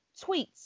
tweets